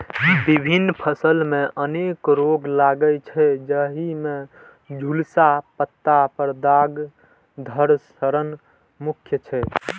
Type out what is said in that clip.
विभिन्न फसल मे अनेक रोग लागै छै, जाहि मे झुलसा, पत्ता पर दाग, धड़ सड़न मुख्य छै